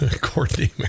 Courtney